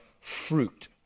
fruit